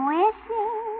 wishing